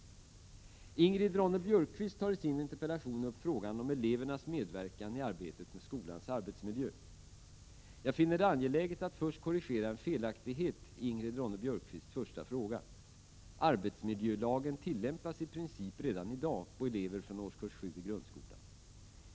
Ingrid Ronne-Björkqvist tar i sin interpellation upp frågan om elevernas medverkan i arbetet med skolans arbetsmiljö. Jag finner det angeläget att först korrigera en felaktighet i Ingrid Ronne-Björkqvists första fråga. Arbetsmiljölagen tillämpas i princip redan i dag på elever från årskurs 7 i grundskolan.